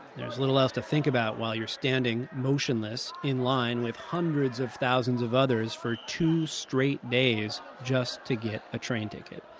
there's little else to think about while you're standing, motionless, in line with hundreds of thousands of others for two straight days just to get a train ticket.